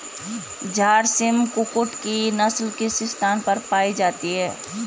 झारसिम कुक्कुट की नस्ल किस स्थान पर पाई जाती है?